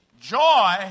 joy